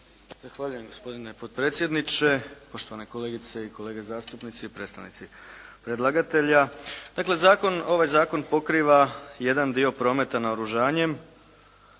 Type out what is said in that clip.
Zahvaljujem gospodine potpredsjedniče, poštovani kolegice i kolege zastupnici, predstavnici predlagatelja. Dakle, ovaj zakon pokriva jedan dio prometa naoružanjem.